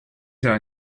saa